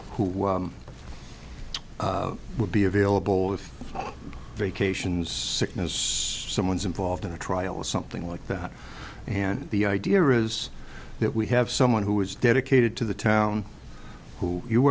who would be available if vacations sickness someone's involved in a trial or something like that and the idea is that we have someone who is dedicated to the town who you